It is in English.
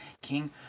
King